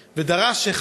באמצע כביש ראשי,